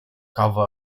kawę